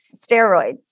steroids